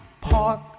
Park